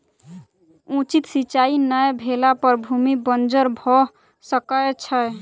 उचित सिचाई नै भेला पर भूमि बंजर भअ सकै छै